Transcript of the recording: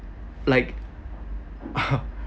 like